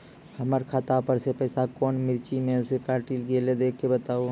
हमर खाता पर से पैसा कौन मिर्ची मे पैसा कैट गेलौ देख के बताबू?